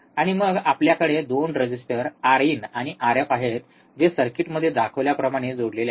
आणि मग आपल्याकडे 2 रेझिस्टर आर इन आणि आर एफ आहेत जे सर्किट मध्ये दाखवल्याप्रमाणे जोडलेले आहेत